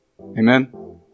Amen